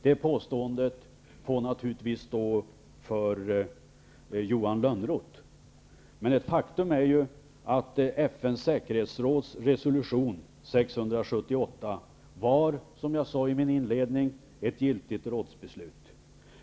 Det påståendet får naturligtvis stå för Johan Lönnroth, men ett faktum är att FN:s säkerhetsråds resolution 678 var, som jag sade i min inledning, ett giltigt rådsbeslut.